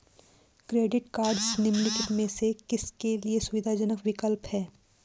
Credit cards निम्नलिखित में से किसके लिए सुविधाजनक विकल्प हैं?